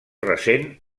recent